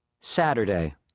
Saturday